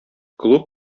клуб